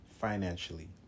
financially